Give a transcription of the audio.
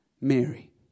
Mary